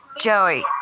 Joey